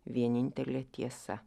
vienintelė tiesa